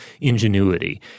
ingenuity